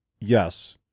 Yes